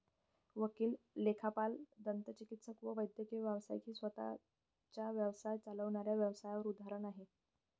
वकील, लेखापाल, दंतचिकित्सक व वैद्यकीय व्यावसायिक ही स्वतः चा व्यवसाय चालविणाऱ्या व्यावसाय उदाहरण आहे